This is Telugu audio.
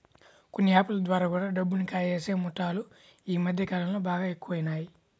కొన్ని యాప్ ల ద్వారా కూడా డబ్బుని కాజేసే ముఠాలు యీ మద్దె కాలంలో బాగా ఎక్కువయినియ్